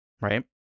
right